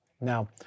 Now